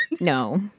No